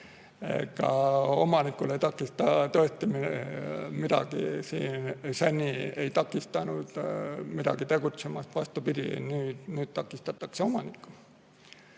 Ega omanikku ei takista tõesti miski, seni ei takistanud miski teda tegutsemast. Vastupidi, nüüd takistatakse omanikku.